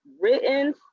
written